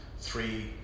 three